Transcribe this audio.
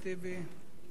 היושב-ראש,